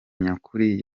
nyakuri